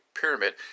Pyramid